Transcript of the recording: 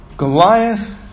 Goliath